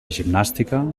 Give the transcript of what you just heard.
gimnàstica